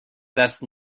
دست